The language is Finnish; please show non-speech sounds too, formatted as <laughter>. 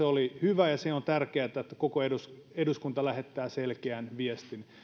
<unintelligible> oli hyvä ja on tärkeätä että koko eduskunta lähettää selkeän viestin